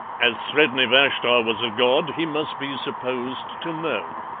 as sredni vashtar was a god he must be supposed to know.